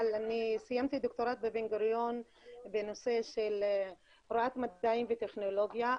אבל אני סיימתי דוקטורט בבן גוריון בנושא של הוראת מדעים וטכנולוגיה.